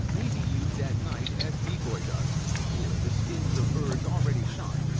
may be used at night as decoy-ducks or the skins of birds already shot,